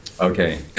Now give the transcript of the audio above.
Okay